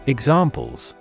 Examples